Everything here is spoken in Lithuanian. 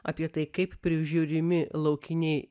apie tai kaip prižiūrimi laukiniai